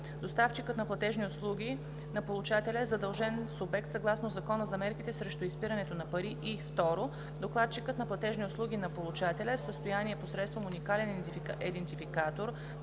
доставчикът на платежни услуги на получателя е задължен субект съгласно Закона за мерките срещу изпирането на пари; и 2. доставчикът на платежни услуги на получателя е в състояние посредством уникален идентификатор